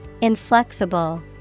Inflexible